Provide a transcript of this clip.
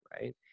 right